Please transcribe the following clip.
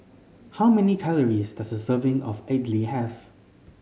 how many calories does a serving of Idly have